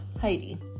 heidi